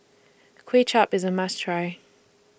Kway Chap IS A must Try